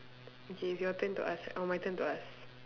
okay it's your turn to ask or my turn to ask